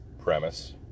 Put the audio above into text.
premise